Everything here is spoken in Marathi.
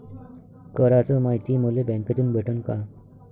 कराच मायती मले बँकेतून भेटन का?